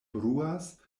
bruas